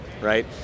right